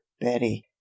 betty